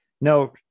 no